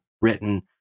written